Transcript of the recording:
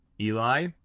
Eli